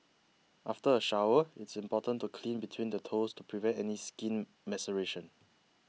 after a shower it's important to clean between the toes to prevent any skin maceration